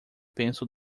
penso